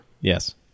Yes